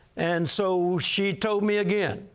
and so she told me again,